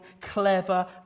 clever